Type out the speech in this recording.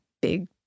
big